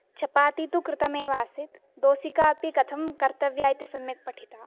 चपाति तु कृतमेव आसीत् दोसिका अपि कथं कर्तव्या इति सम्यक् पठिता